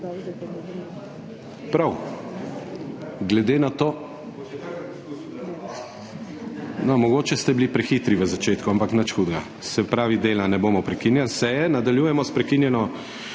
Prav. No, mogoče ste bili prehitri v začetku, ampak nič hudega. Se pravi, dela, ne bomo prekinjali seje. Nadaljujemo s **prekinjeno